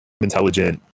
intelligent